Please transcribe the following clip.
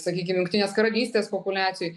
sakykim jungtinės karalystės populiacijoj